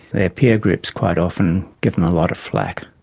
their peer groups quite often give them a lot of flak.